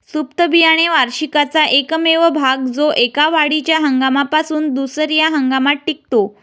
सुप्त बियाणे वार्षिकाचा एकमेव भाग जो एका वाढीच्या हंगामापासून दुसर्या हंगामात टिकतो